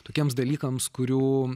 tokiems dalykams kurių